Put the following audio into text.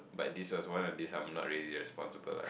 but this was one of the days I'm not really responsible lah